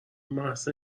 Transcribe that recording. محض